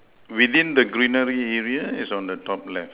within the greenery area is on the top left